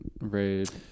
raid